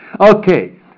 Okay